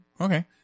Okay